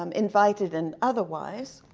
um invited and otherwise.